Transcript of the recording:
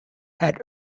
had